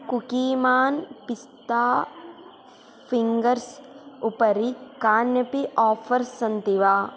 Cookieman पिस्ता fingers उपरि कान्यपि आफर्स् सन्ति वा